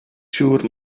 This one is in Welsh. siŵr